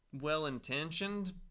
well-intentioned